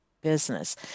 Business